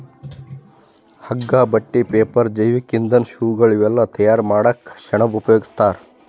ಹಗ್ಗಾ ಬಟ್ಟಿ ಪೇಪರ್ ಜೈವಿಕ್ ಇಂಧನ್ ಶೂಗಳ್ ಇವೆಲ್ಲಾ ತಯಾರ್ ಮಾಡಕ್ಕ್ ಸೆಣಬ್ ಉಪಯೋಗಸ್ತಾರ್